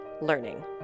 learning